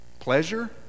pleasure